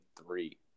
three